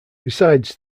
besides